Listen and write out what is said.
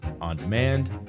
on-demand